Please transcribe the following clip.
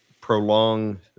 prolong